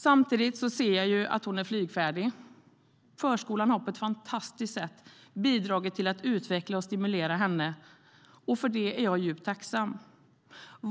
Samtidigt ser jag ju att hon är flygfärdig. Förskolan har på ett fantastiskt sätt bidragit till att utveckla och stimulera henne, och för detta är jag djupt tacksam.